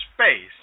space